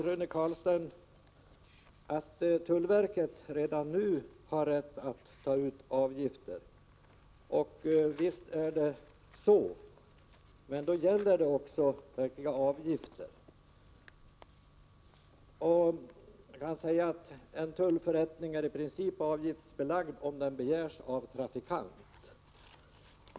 Rune Carlstein sade att tullverket redan nu har rätt att ta ut avgifter. Visst är det så, men då gäller det verkliga avgifter. Han sade också att en tullförrättning i princip är avgiftsbelagd om den begärs av en trafikant.